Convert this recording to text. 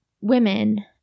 women